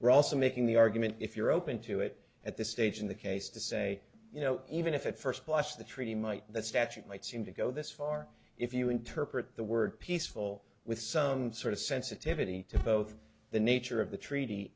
also making the argument if you're open to it at this stage in the case to say you know even if it first plus the treaty might that statute might seem to go this far if you interpret the word peaceful with some sort of sensitivity to both the nature of the treaty